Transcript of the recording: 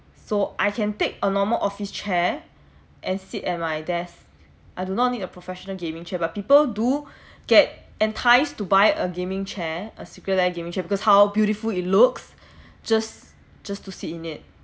so I can take a normal office chair and sit at my desk I do not need a professional gaming chair but people do get entice to buy a gaming chair a secret lab gaming chair because how beautiful it looks just just to sit in it